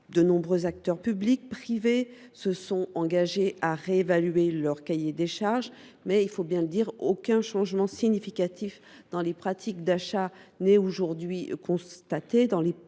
De nombreux acteurs publics et privés se sont engagés à réévaluer leur cahier des charges, mais – il faut bien le dire – aucun changement significatif dans les pratiques d’achat n’est pour l’instant